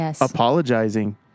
apologizing